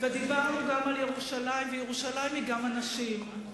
ודיברנו גם על ירושלים, וירושלים היא גם אנשים.